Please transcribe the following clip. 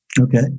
Okay